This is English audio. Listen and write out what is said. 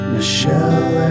Michelle